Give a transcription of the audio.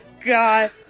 God